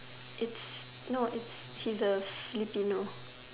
it's no it's she's a Filipino